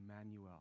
Emmanuel